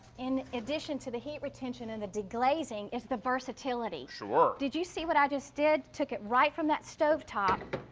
in addition to the heat retention and the deglazing, is the versatility. sure. did you see what i just did? took it right from that stove top,